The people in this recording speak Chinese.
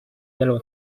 耶路撒冷